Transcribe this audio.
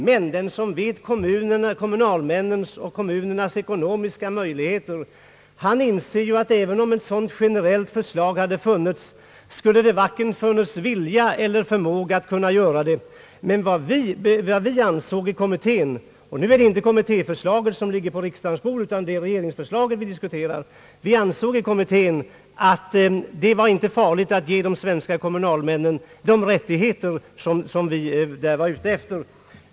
Men den som känner till kommunalmännens och kommunernas ekonomiska möjligheter inser ju att även om ett sådant förslag om generell förköpsrätt hade framlagts, skulle kommunerna varken ha vilja eller förmåga att göra det. Vi ansåg i kommittén — nu är det inte kommittéförslaget som ligger på riksdagens bord utan det är regeringsförslaget som vi här diskuterar — att det inte var farligt att ge de svenska kommunalmännen de rättigheter som vi ville ge dem.